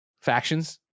Factions